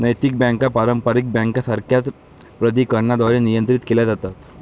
नैतिक बँका पारंपारिक बँकांसारख्याच प्राधिकरणांद्वारे नियंत्रित केल्या जातात